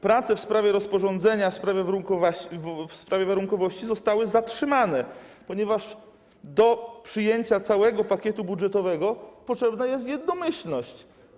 Prace w sprawie rozporządzenia w sprawie warunkowości zostały zatrzymane, ponieważ do przyjęcia całego pakietu budżetowego potrzebna jest jednomyślność.